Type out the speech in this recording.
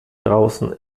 draußen